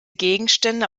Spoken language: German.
gegenstände